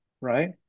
right